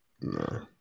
no